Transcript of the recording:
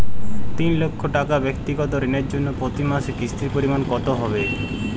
তিন লক্ষ টাকা ব্যাক্তিগত ঋণের জন্য প্রতি মাসে কিস্তির পরিমাণ কত হবে?